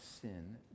sin